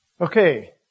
Okay